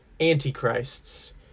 antichrists